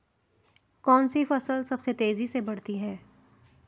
कौनसी फसल सबसे तेज़ी से बढ़ती है?